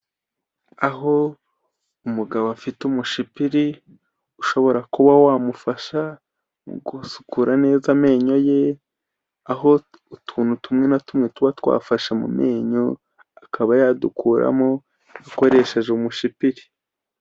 Aho umugabo afite umushipiri ushobora kuba wamufasha mu gusukura neza amenyo ye, aho utuntu tumwe na tumwe tuba twafashe mu menyo akaba yadukuramo akoresheje umushipiri.